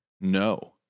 No